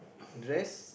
dress